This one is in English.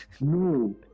no